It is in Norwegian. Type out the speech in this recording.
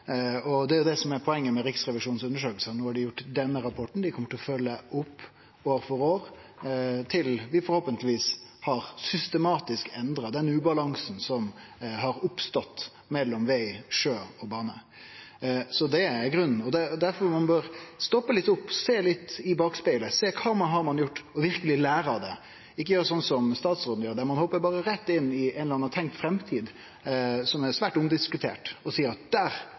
og det er det som er poenget med undersøkingane til Riksrevisjonen. No har dei gjort denne rapporten, dei kjem til å følgje opp år for år, til vi forhåpentlegvis har systematisk endra den ubalansen som har oppstått mellom veg, sjø og bane. Så det er grunnen, og det er difor ein bør stoppe litt opp, sjå litt i bakspegelen, sjå kva ein har gjort, og verkeleg lære av det – ikkje gjere som statsråden, å hoppe rett inn i ei eller anna tenkt framtid, som er svært omdiskutert, og seie at der